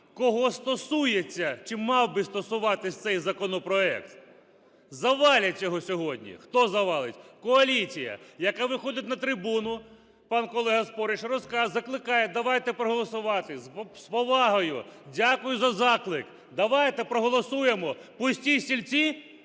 кого стосується чи мав би стосуватися цей законопроект. Завалять його сьогодні. Хто завалить? Коаліція, яка виходить на трибуну, пан колега Спориш, розказує, закликає: давайте проголосувати. З повагою. Дякую за заклик. Давайте проголосуємо. Пусті стільці.